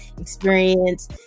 experience